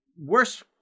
worse